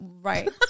right